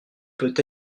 peut